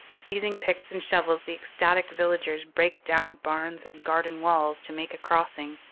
seizing picks and shovels the ecstatic villagers break down barns and garden walls to make a crossing.